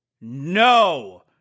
no